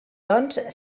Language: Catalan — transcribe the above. doncs